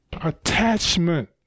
attachment